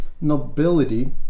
nobility